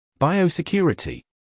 Biosecurity